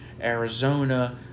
Arizona